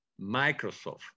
Microsoft